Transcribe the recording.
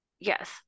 yes